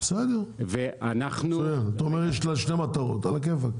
אתה אומר שיש לה שתי מטרות על הכיפאק.